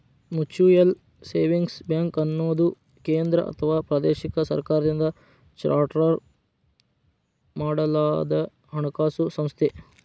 mutual savings ಬ್ಯಾಂಕ್ಅನ್ನುದು ಕೇಂದ್ರ ಅಥವಾ ಪ್ರಾದೇಶಿಕ ಸರ್ಕಾರದಿಂದ ಚಾರ್ಟರ್ ಮಾಡಲಾದಹಣಕಾಸು ಸಂಸ್ಥೆ